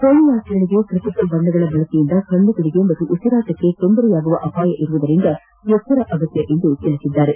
ಹೋಳಿ ಆಚರಣೆಗೆ ಕೃತಕ ಬಣ್ಣಗಳ ಬಳಕೆಯಿಂದ ಕಣ್ಣುಗಳಿಗೆ ಹಾಗೂ ಉಸಿರಾಟಕ್ಕೆ ತೊಂದರೆಯಾಗುವ ಅಪಾಯವಿರುವುದರಿಂದ ಎಚ್ಚರ ಅಗತ್ಯ ಎಂದು ತಿಳಿಸಿದ್ದಾರೆ